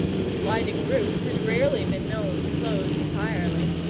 the sliding roof had rarely been known to close entirely.